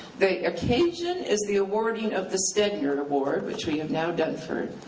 the occasion is the awarding of the stegner award, which we have now done for